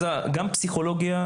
אז גם פסיכולוגיה,